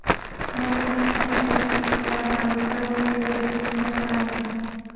नंदनी ने पूछा कि इस साल भारत का रेल बजट कितने का है?